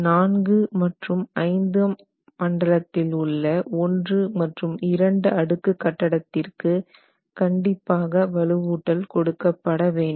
4 மற்றும் 5 மண்டலத்தில் உள்ள ஒன்று மற்றும் இரண்டு அடுக்கு கட்டடத்திற்கு கண்டிப்பாக வலுவூட்டல் கொடுக்கப்படவேண்டும்